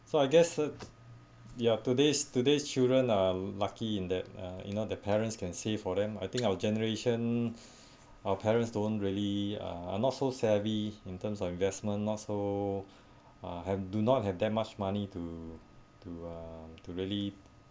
so I guess uh ya today's today's children lah lucky in that uh you know the parents can save for them I think our generation our parents don't really uh not so savvy in terms of investment not so uh have do not have that much money to to uh to really